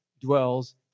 dwells